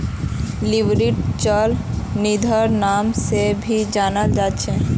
लिक्विडिटीक चल निधिर नाम से भी जाना जा छे